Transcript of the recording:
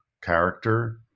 character